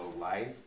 life